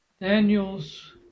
Daniel's